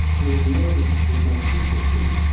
they are loaded with nitrogen fifteen.